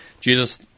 Jesus